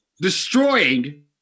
destroying